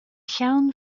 cheann